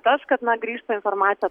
tas kad na grįžta informacija